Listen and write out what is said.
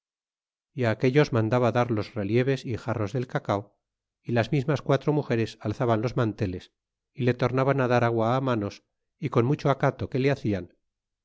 e aquellos mandaba dar los relieves y jarros del cacao y las mismas quatro rnugeres alzaban los manteles y le tornaban á dar agua manos y con mucho acato que le hacian